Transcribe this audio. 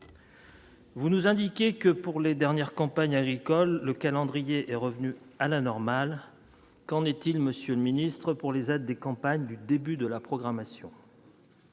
Vous nous indiquer que pour les dernières campagnes agricoles, le calendrier est revenu à la normale, qu'en est-il, Monsieur le ministre pour les aides des campagnes du début de la programmation.